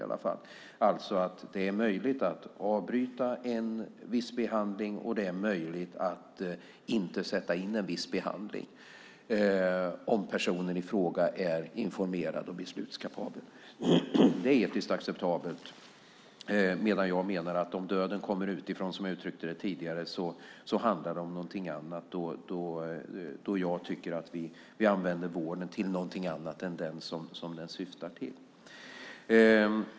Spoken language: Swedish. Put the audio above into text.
Det är alltså möjligt att avbryta en viss behandling, och det är möjligt att inte sätta in en viss behandling om personen i fråga är informerad och beslutskapabel. Det är etiskt acceptabelt. Om döden kommer utifrån, som jag uttryckte det tidigare, menar jag däremot att det handlar om någonting annat. Då tycker jag att vi använder vården till något annat än det den syftar till.